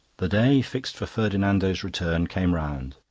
the day fixed for ferdinando's return came round.